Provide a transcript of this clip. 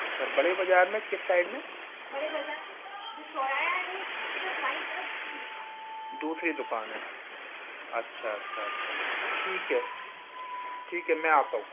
अच्छा बड़े बज़ार में किस साइड में बड़े बज़ार में जो चौराहा है उसके जो दाईं तरफ़ दूसरी दुकान दूसरी दुकान है अच्छा अच्छा अच्छा ठीक है ठीक है मैं आता हूँ